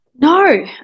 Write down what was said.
no